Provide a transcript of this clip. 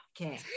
okay